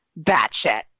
batshit